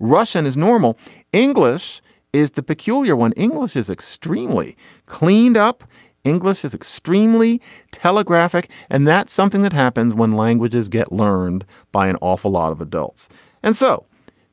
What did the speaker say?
russian is normal english is the peculiar when english is extremely cleaned up english is extremely telegraphic and that's something that happens when languages get learned by an awful lot of adults and so